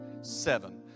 seven